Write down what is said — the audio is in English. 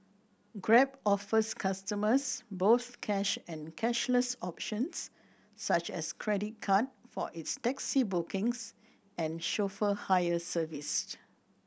grab offers customers both cash and cashless options such as credit card for its taxi bookings and chauffeur hire serviced